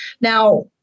Now